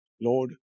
Lord